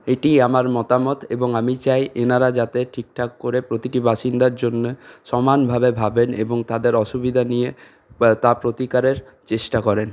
এটিই আমার মতামত এবং আমি চাই এঁরা যাতে ঠিকঠাক করে প্রতিটি বাসিন্দার জন্য সমানভাবে ভাবেন এবং তাদের অসুবিধা নিয়ে তা প্রতিকারের চেষ্টা করেন